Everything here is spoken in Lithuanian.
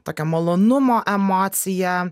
tokio malonumo emocija